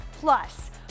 Plus